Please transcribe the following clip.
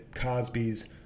Cosby's